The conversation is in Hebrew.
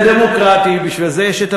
מה אני אעשה,